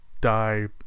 die